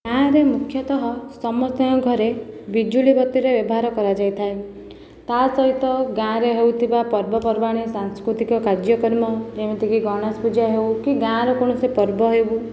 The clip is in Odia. ଗାଁରେ ମୁଖ୍ୟତଃ ସମସ୍ତଙ୍କ ଘରେ ବିଜୁଳିବତୀର ବ୍ୟବହାର କରାଯାଇଥାଏ ତା'ସହିତ ଗାଁରେ ହେଉଥିବା ପର୍ବପର୍ବାଣି ସାଂସ୍କୃତିକ କାର୍ଯ୍ୟକ୍ରମ ଯେମିତି କି ଗଣେଶ ପୂଜା ହେଉ କି ଗାଁରେ କୌଣସି ପର୍ବ ହେଉ